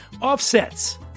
offsets